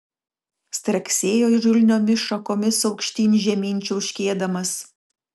straksėjo įžulniomis šakomis aukštyn žemyn čiauškėdamas